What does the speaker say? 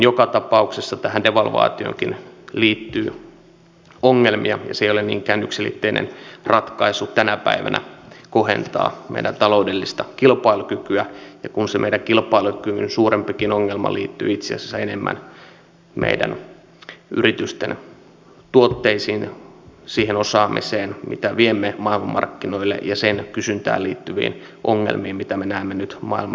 joka tapauksessa tähän devalvaatioonkin liittyy ongelmia ja se ei ole niinkään yksiselitteinen ratkaisu tänä päivänä kohentaa meidän taloudellista kilpailukykyämme kun se meidän kilpailukykymme suurempi ongelma liittyy itse asiassa enemmän meidän yritystemme tuotteisiin siihen osaamiseen mitä viemme maailmanmarkkinoille ja niihin kysyntään liittyviin ongelmiin mitä me näemme nyt maailmantaloudessa